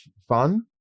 fun